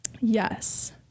Yes